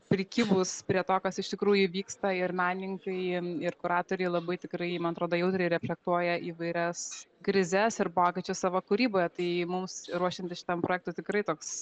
prikibus prie to kas iš tikrųjų vyksta ir menininkai ir kuratoriai labai tikrai man atrodo jautriai reflektuoja įvairias krizes ir pokyčius savo kūryboje tai mums ruošiantis šitam projektui tikrai toks